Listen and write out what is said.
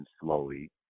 slowly